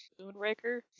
Moonraker